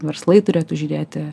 verslai turėtų žiūrėti